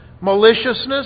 maliciousness